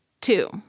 Two